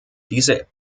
diese